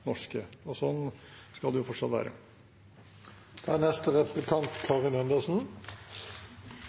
norske, og sånn skal det fortsatt